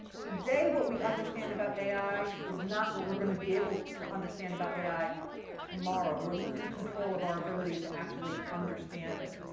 today what we understand about ai is not what we're going to be able to understand about ai tomorrow. we're losing control of our ability to actually understand it.